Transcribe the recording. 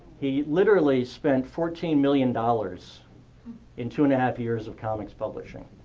he literally spent fourteen million dollars in two and half years of comic publishing.